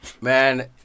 man